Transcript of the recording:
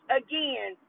again